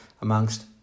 amongst